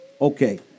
Okay